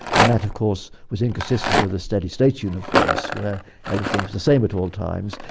and that of course was inconsistent with a steady state universe where everything is the same at all times,